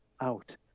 out